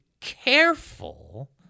careful